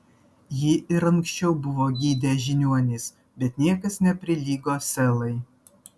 jį ir anksčiau buvo gydę žiniuonys bet niekas neprilygo selai